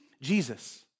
Jesus